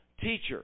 teacher